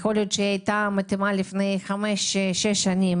יכול להיות שהיא הייתה מתאימה לפני חמש שש שנים